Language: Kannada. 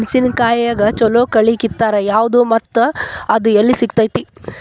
ಮೆಣಸಿನಕಾಯಿಗ ಛಲೋ ಕಳಿ ಕಿತ್ತಾಕ್ ಯಾವ್ದು ಮತ್ತ ಅದ ಎಲ್ಲಿ ಸಿಗ್ತೆತಿ?